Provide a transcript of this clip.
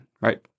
right